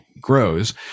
grows